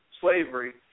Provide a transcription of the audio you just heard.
slavery